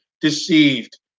deceived